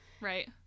Right